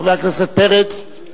חבר הכנסת פרץ,